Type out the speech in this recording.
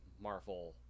Marvel